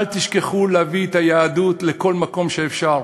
אל תשכחו להביא את היהדות לכל מקום שאפשר.